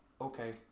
Okay